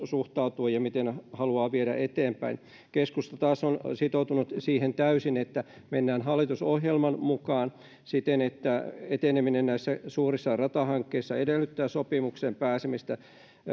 suhtautuu ja miten se haluaa viedä niitä eteenpäin keskusta taas on täysin sitoutunut siihen että mennään hallitusohjelman mukaan eteneminen näissä suurissa ratahankkeissa edellyttää sopimukseen pääsemistä